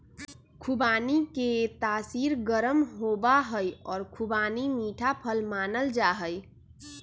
खुबानी के तासीर गर्म होबा हई और खुबानी मीठा फल मानल जाहई